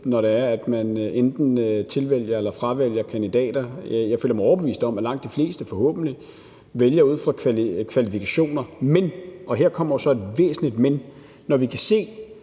går igennem, når man enten tilvælger eller fravælger kandidater. Jeg føler mig overbevist om, at langt de fleste forhåbentlig vælger ud fra kvalifikationer, men – og det er et væsentligt men – når vi kan se,